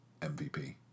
MVP